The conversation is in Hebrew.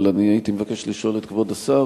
אבל אני הייתי מבקש לשאול את כבוד השר